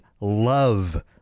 love